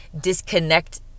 disconnect